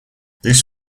this